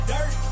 Dirt